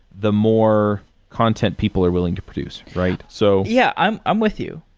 the more content people are willing to produce, right? so yeah. i'm i'm with you.